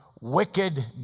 wicked